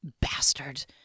Bastard